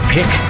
Pick